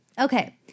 Okay